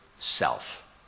self